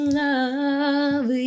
love